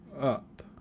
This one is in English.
up